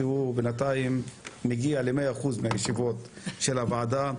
שבינתיים הוא מגיע למאה אחוז מישיבות הוועדה,